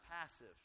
passive